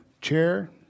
chair